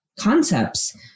concepts